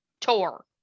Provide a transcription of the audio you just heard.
tour